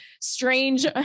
strange